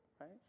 right